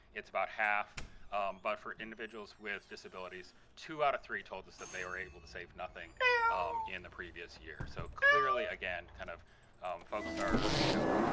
it's about half but for individuals with disabilities, two out of three told us that they were able to save nothing in the previous year. so clearly again, kind of folks are, you know,